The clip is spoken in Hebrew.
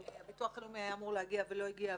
הביטוח הלאומי שהיה אמור להגיע ולא הגיע,